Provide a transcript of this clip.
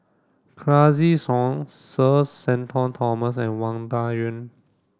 Classic Soin Sir Shenton Thomas and Wang Dayuan